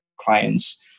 clients